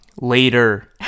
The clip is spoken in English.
later